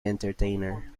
entertainer